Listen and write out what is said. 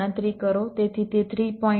તેથી તે 3